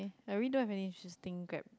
I really don't have any interesting Grab